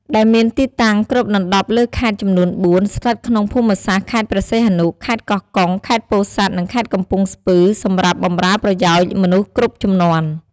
ដែលមានទីតាំងគ្របដណ្តប់លើខេត្តចំនួន ៤ ស្ថិតក្នុងភូមិសាស្ត្រខេត្តព្រះសីហនុ ខេត្តកោះកុង ខេត្តពោធិ៍សាត់ និងខេត្តកំពង់ស្ពឺ សម្រាប់បម្រើប្រយោជន៍មនុស្សគ្រប់ជំនាន់។